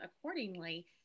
accordingly